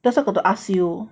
that's why about to ask you